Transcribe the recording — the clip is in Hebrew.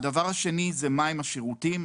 הדבר השני, מה השירותים.